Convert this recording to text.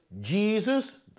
Jesus